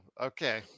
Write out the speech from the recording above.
okay